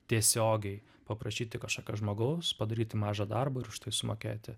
tiesiogiai paprašyti kažkokio žmogaus padaryti mažą darbą ir už tai sumokėti